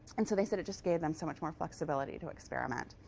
and so they said it just gave them so much more flexibility to experiment.